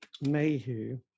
Mayhew